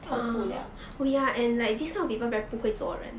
通不 liao